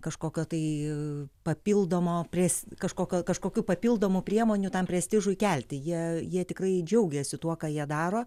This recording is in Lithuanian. kažkokio tai papildomo pres kažkokio kažkokių papildomų priemonių tam prestižui kelti jie jie tikrai džiaugiasi tuo ką jie daro